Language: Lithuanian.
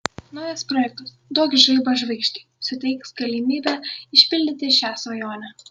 naujas projektas duok žaibą žvaigždei suteiks galimybę išpildyti šią svajonę